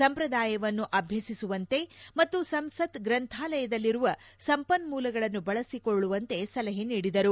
ಸಂಪ್ರದಾಯವನ್ನು ಅಭ್ಯಸಿಸುವಂತೆ ಮತ್ತು ಸಂಸತ್ ಗ್ರಂಥಾಲಯದಲ್ಲಿರುವ ಸಂಪನ್ನೂಲಗಳನ್ನು ಬಳಸಿಕೊಳ್ಳುವಂತೆ ಸಲಹೆ ನೀಡಿದರು